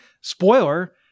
spoiler